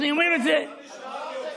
אין-ספור פעמים.